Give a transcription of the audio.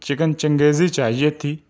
chicken Changezi چاہیے تھی